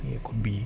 it could be